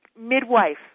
midwife